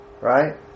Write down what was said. right